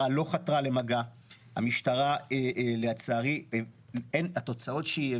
המשטרה לא חתרה למגע.